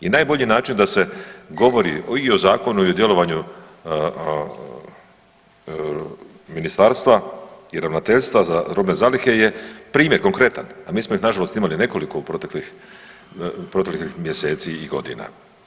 I najbolji način da se govori i o zakonu i o djelovanju ministarstva i ravnateljstva za robne zalihe je primjer konkretan, a mi smo ih imali na žalost nekoliko u proteklih mjeseci i godina.